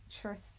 Trust